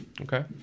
Okay